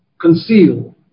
conceal